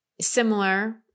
similar